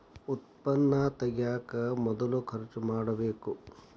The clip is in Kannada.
ಉತ್ಪನ್ನಾ ತಗಿಯಾಕ ಮೊದಲ ಖರ್ಚು ಮಾಡಬೇಕ